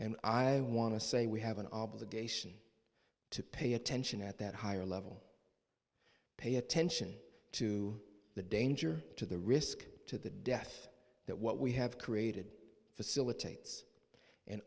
and i want to say we have an obligation to pay attention at that higher level pay attention to the danger to the risk to the death that what we have created facilitates an